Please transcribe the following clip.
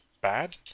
bad